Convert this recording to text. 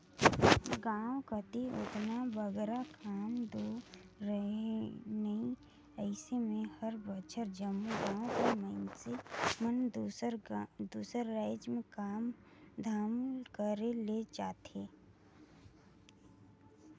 गाँव कती ओतना बगरा काम दो रहें नई अइसे में हर बछर जम्मो गाँव कर मइनसे मन दूसर राएज में काम धाम करे ले जाथें